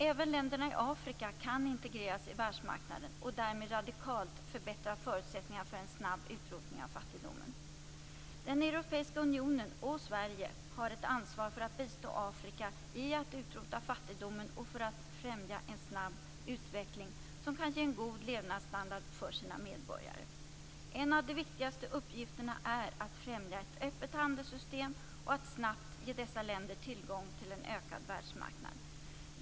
Även länderna i Afrika kan integreras i världsmarknaden och därmed radikalt förbättra förutsättningarna för en snabb utrotning av fattigdomen. Den europeiska unionen och Sverige har ett ansvar för att bistå Afrika i att utrota fattigdomen och för att främja en snabb utveckling som kan ge en god levnadsstandard för de afrikanska ländernas medborgare. En av de viktigaste uppgifterna är att främja ett öppet handelssystem och att snabbt ge dessa länder tillgång till en ökad världsmarknad.